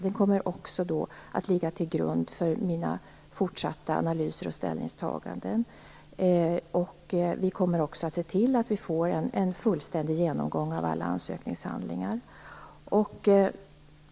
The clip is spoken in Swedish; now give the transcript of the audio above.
Den kommer också att ligga till grund för mina fortsatta analyser och ställningstaganden. Vi kommer också att se till att få en fullständig genomgång av alla ansökningshandlingar.